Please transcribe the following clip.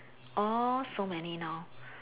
all so many now